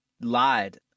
lied